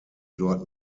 dort